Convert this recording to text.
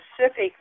specific